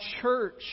church